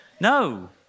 no